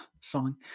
song